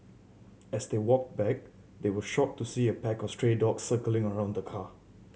as they walk back they were shocked to see a pack of stray dogs circling around the car